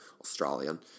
Australian